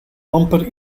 amper